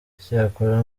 icyakora